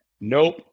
nope